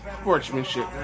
sportsmanship